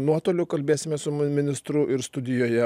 nuotoliu kalbėsimės su ministru ir studijoje